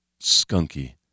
Skunky